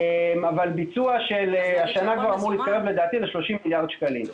ביצוע של השנה אמור להתקרב ל-30 מיליארד שקלים.